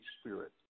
Spirit